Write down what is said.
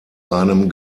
einem